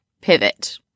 pivot